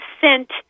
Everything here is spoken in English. sent